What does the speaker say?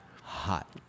Hot